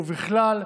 ובכלל,